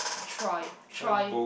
Troy Troy